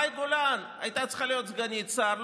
מאי גולן הייתה צריכה להיות סגנית שר,